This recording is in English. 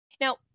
Now